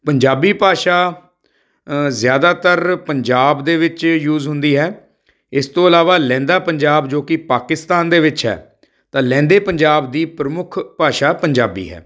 ਪੰਜਾਬੀ ਭਾਸ਼ਾ ਅ ਜ਼ਿਆਦਾਤਰ ਪੰਜਾਬ ਦੇ ਵਿੱਚ ਯੂਜ਼ ਹੁੰਦੀ ਹੈ ਇਸ ਤੋਂ ਇਲਾਵਾ ਲਹਿੰਦਾ ਪੰਜਾਬ ਜੋ ਕਿ ਪਾਕਿਸਤਾਨ ਦੇ ਵਿੱਚ ਹੈ ਤਾਂ ਲਹਿੰਦੇ ਪੰਜਾਬ ਦੀ ਪ੍ਰਮੁੱਖ ਭਾਸ਼ਾ ਪੰਜਾਬੀ ਹੈ